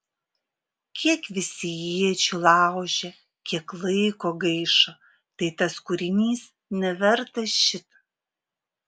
kiek visi iečių laužė kiek laiko gaišo tai tas kūrinys nevertas šito